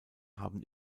haben